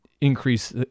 increase